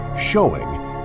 showing